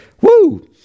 Woo